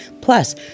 Plus